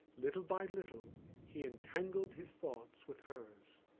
little by little he entangled his thoughts with hers.